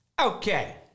Okay